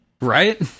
Right